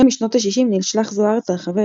החל משנות ה-60 נשלח זו-ארץ לרחבי